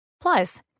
Plus